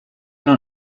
nun